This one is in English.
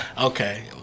Okay